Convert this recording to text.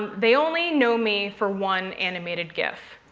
they only know me for one animated gif.